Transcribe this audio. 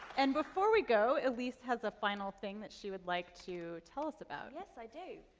and before we go, elise has a final thing that she would like to tell us about. yes, i do.